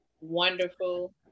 wonderful